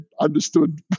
understood